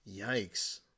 yikes